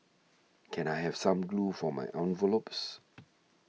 can I have some glue for my envelopes